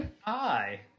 Hi